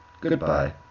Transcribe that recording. goodbye